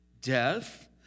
death